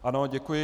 Ano, děkuji.